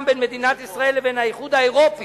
בין מדינת ישראל לבין האיחוד האירופי,